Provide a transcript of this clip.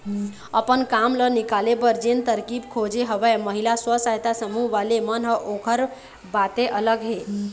अपन काम ल निकाले बर जेन तरकीब खोजे हवय महिला स्व सहायता समूह वाले मन ह ओखर बाते अलग हे